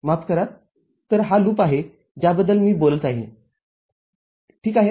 माफ करा तर हा लूप आहे ज्याबद्दल मी बोलत आहे ठीक आहे